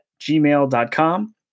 gmail.com